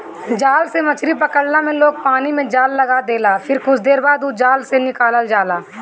जाल से मछरी पकड़ला में लोग पानी में जाल लगा देला फिर कुछ देर बाद ओ जाल के निकालल जाला